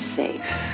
safe